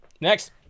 Next